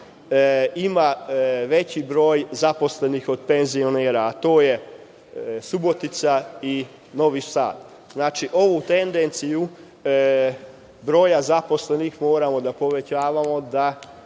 ima veći broj zaposlenih od penzionera, to je Subotica i Novi Sad. Znači, ovu tendenciju broja zaposlenih moramo da povećavamo